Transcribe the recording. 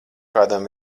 kādam